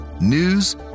news